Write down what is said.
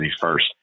first